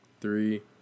three